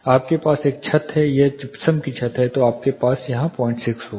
आपके पास एक छत है यह जिप्सम की छत है तो आपके पास यहां 06 होगा